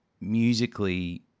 musically